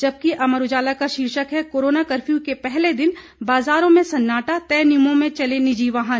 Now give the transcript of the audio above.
जबकि अमर उजाला का शीर्षक है कोरोना कफर्य के पहले दिन बाजारों में सन्नाटा तय नियमों में चले निजी वाहन